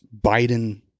biden